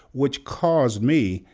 which caused me,